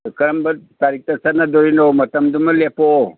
ꯀꯔꯝꯕ ꯇꯥꯔꯤꯛꯇ ꯆꯠꯅꯗꯣꯏꯅꯣ ꯃꯇꯝꯗꯨꯃ ꯂꯦꯞꯄꯣ